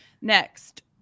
Next